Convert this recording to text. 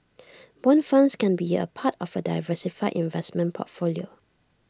Bond funds can be A part of A diversified investment portfolio